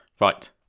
Right